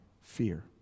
fear